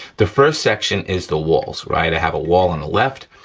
the first section is the walls, right? i have a wall on the left,